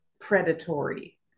predatory